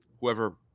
whoever